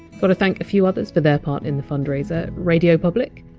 but to thank a few others for their part in the fundraiser radiopublic,